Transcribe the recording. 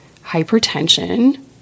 hypertension